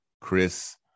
Chris